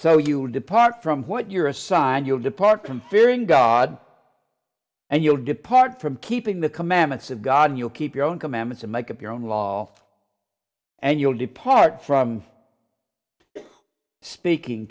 so you depart from what you're assigned you'll depart from fearing god and you'll depart from keeping the commandments of god you keep your own commandments and make up your own loft and you'll depart from speaking